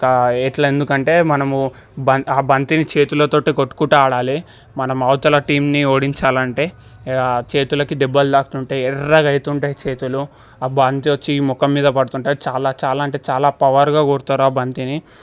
ఇకా ఇట్లెందుకంటే మనము బం బంతిని చేతులతోటే కొట్టుకుంటూ ఆడాలి మనం అవతల టీంని ఓడించాలంటే ఇక చేతులకి దెబ్బలు తాకుతుంటాయి ఎర్రగా అయితుంటాయి చేతులు బంతొచ్చి ముఖం మీద పడుతుంటాయి చాలా చాలా అంటే చాలా పవర్గా కొడుతారు బంతిని